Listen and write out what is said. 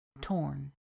torn